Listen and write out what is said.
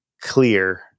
clear